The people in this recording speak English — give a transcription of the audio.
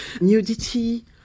nudity